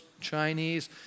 Chinese